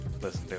Listen